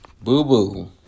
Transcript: Boo-boo